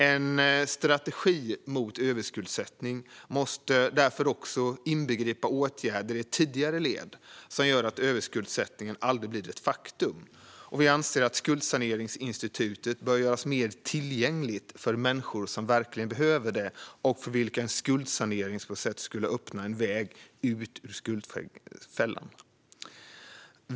En strategi mot överskuldsättning måste därför också inbegripa åtgärder i ett tidigare led som gör att överskuldsättningen aldrig blir ett faktum. Vi anser att skuldsaneringsinstitutet bör göras mer tillgängligt för människor som verkligen behöver det och för vilka en skuldsaneringsprocess skulle öppna en väg ut ur skuldfällan.